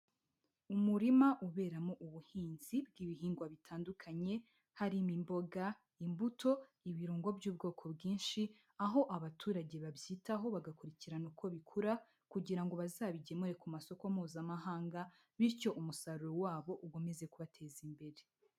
Umurima uberamo ubuhinzi bw'ibihingwa bitandukanye harimo imboga, imbuto, ibirungo by'ubwoko bwinshi, aho abaturage babyitaho bagakurikirana uko bikura kugira ngo bazabigemure ku masoko mpuzamahanga, bityo umusaruro wabo ukomeze kubateza imbere.